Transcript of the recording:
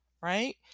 right